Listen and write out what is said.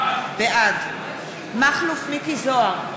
בעד מכלוף מיקי זוהר,